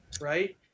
right